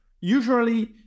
Usually